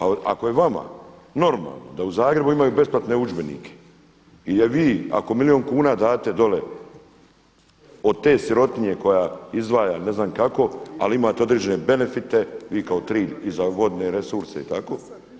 A ako je vama normalno da u Zagrebu imaju besplatne udžbenike jer vi ako milijun kuna date dole od te sirotinje koja izdvaja ne znam kako ali imate određene benefite vi kao Trilj za vodne resurse i tako.